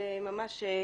זה ממש אנדרסטייטמנט.